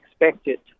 expected